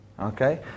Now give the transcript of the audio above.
Okay